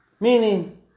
meaning